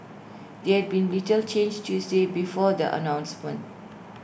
they had been little changed Tuesday before the announcements